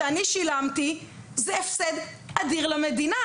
שאני שילמתי זה הפסד אדיר למדינה.